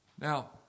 Now